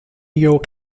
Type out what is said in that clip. york